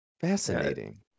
Fascinating